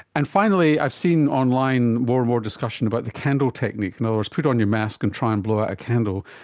and finally i've seen online more and more discussion about the candle technique, in other words put on your mask and try and blow out a candle,